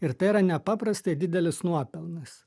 ir tai yra nepaprastai didelis nuopelnas